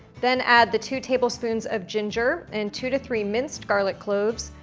then add the two tablespoons of ginger, and two to three minced garlic cloves,